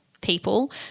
people